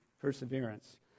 perseverance